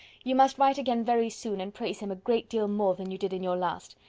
you must write again very soon, and praise him a great deal more than you did in your last.